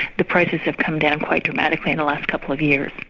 the prices have come down quite dramatically and last couple of years.